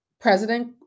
President